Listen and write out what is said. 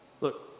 Look